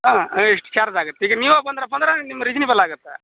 ಹಾಂ ಇಷ್ಟು ಚಾರ್ಜ್ ಆಗೇತಿ ಈಗ ನೀವ ಬಂದರಪ್ಪ ಅಂದ್ರೆ ನಿಮ್ಮ ರಿಜಿನಿಬಲ್ ಆಗತ್ತ